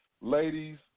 Ladies